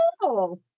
cool